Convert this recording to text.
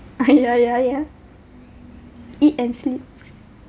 ah yeah yeah yeah eat and sleep